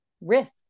risk